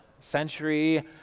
century